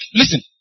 listen